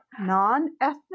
non-ethnic